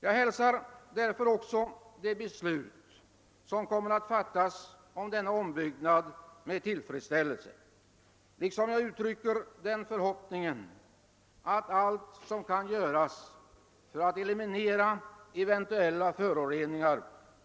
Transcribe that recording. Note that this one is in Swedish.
Jag hälsar alltså med tillfredsställelse det beslut som kommer att fattas om denna ombyggnad av Marviken och uttrycker förhoppningen att allt skall göras för att eliminera eventuella föroreningar.